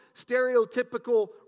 stereotypical